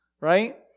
right